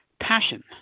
Passion